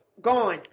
Gone